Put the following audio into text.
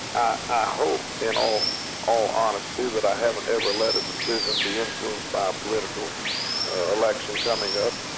i hope in all all honesty that i haven't ever let a decision be influenced by a political election coming up,